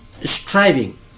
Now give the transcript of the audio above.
striving